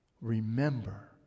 remember